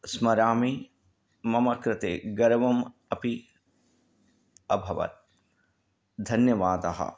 स्मरामि मम कृते गर्वम् अपि अभवत् धन्यवादः